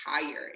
tired